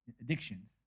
addictions